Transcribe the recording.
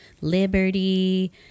Liberty